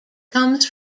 comes